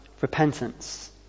repentance